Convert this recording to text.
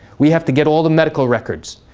we have to get all the medical records.